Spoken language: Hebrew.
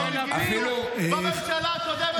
גם כשהקמתם את נבחרת הדירקטורים גילינו בממשלה הקודמת,